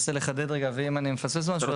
אני אנסה לחדד רגע ואם אני מפספס משהו אז היא תשלים.